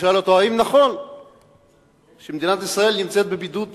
ושאל אותו האם נכון שמדינת ישראל נמצאת בבידוד בין-לאומי,